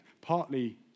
partly